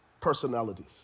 personalities